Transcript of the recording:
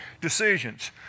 decisions